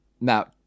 Now